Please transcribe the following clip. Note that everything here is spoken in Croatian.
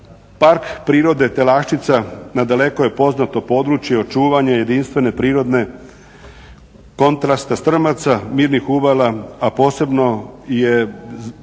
Park prirode Telaščica nadaleko je poznato područje očuvanja jedinstvene prirodne kontrasta strmaca, mirnih uvala a posebno je